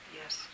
yes